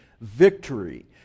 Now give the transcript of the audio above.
victory